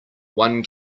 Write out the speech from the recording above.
one